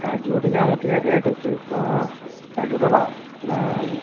କାଜୁ ଟିକେ ଆମର ଟିକେ ରେଟ୍ ଅଛି ତ କାଜୁ ଦେବା ନା